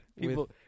People